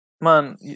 Man